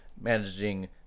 managing